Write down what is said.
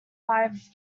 five